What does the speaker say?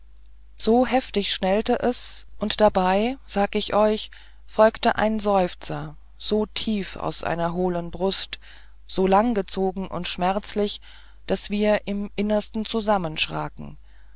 so heftig schnellte es und dabei sag ich euch folgte ein seufzer so tief aus einer hohlen brust so langgezogen und schmerzlich daß wir im innersten zusammenschraken